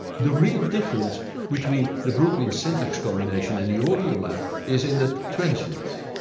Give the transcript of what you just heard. the real difference between the brooklyn syntaxx combination and the audiolab is in the transients.